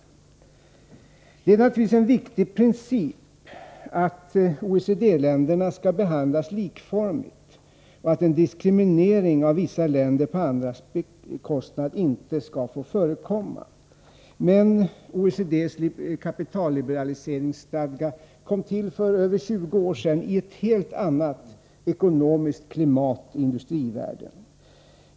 Det är naturligtvis en viktig princip att OECD-länderna skall behandlas likformigt och att en diskriminering av vissa länder på andras bekostnad inte skall få förekomma. Men OECD:s kapitalliberaliseringsstadga kom till för över 20 år sedan, i ett helt annat ekonomiskt klimat i industrivärlden.